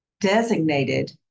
designated